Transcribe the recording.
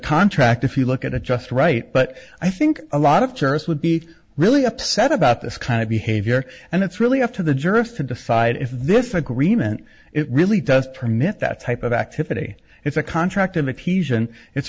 contract if you look at it just right but i think a lot of jurors would be really upset about this kind of behavior and it's really up to the jurors to decide if this agreement it really does permit that type of activity if a contract